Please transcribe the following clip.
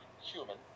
human